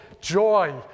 joy